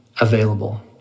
available